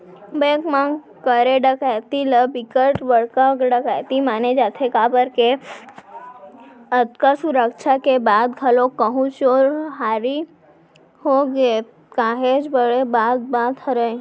bank म करे डकैती ल बिकट बड़का डकैती माने जाथे काबर के अतका सुरक्छा के बाद घलोक कहूं चोरी हारी होगे काहेच बड़े बात बात हरय